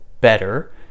better